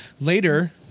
later